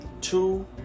two